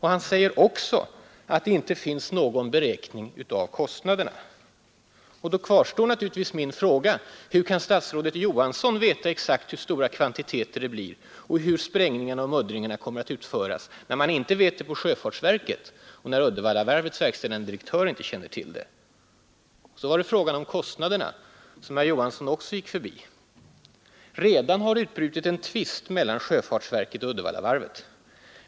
Han säger också att det inte finns någon beräkning av kostnaderna. Då kvarstår naturligtvis min fråga: Hur kan statsrådet Johansson veta exakt vilka kvantiteter det gäller och hur sprängningarna och muddringarna kommer att utföras då man inte vet det på sjöfartsverket och när Uddevallavarvets verkställande direktör inte känner till det? Sedan var det frågan om kostnaderna som statsrådet Johansson också gick förbi. Redan har det utbrutit en tvist mellan sjöfartsverket och Uddevallavarvet.